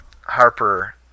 Harper